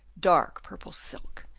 dark purple silk,